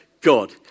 God